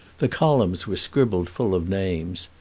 the columns were scribbled full of names,